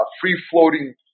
free-floating